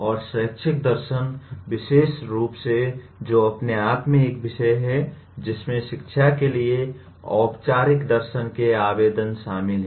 और शैक्षिक दर्शन विशेष रूप से जो अपने आप में एक विषय है जिसमें शिक्षा के लिए औपचारिक दर्शन के आवेदन शामिल हैं